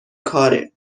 کاره